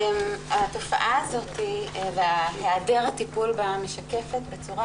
התופעה הזאת והיעדר הטיפול בה משקפים בצורה